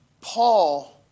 Paul